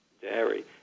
dairy